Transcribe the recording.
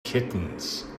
kittens